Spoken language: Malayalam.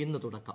ഇന്ന് തുടക്കം